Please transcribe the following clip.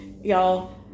y'all